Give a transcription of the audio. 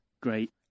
great